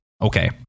Okay